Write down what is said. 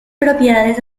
propiedades